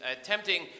attempting